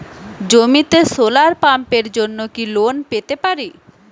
জমিতে সোলার পাম্পের জন্য কি লোন পেতে পারি?